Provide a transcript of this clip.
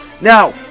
now